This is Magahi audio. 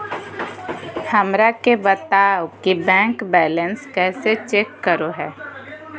हमरा के बताओ कि बैंक बैलेंस कैसे चेक करो है?